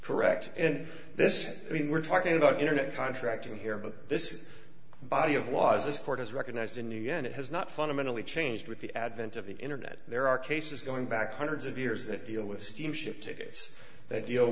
correct in this i mean we're talking about internet contracting here but this is a body of laws this court has recognized in nguyen it has not fundamentally changed with the advent of the internet there are cases going back hundreds of years that deal with steamship tickets that deal